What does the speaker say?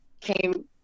came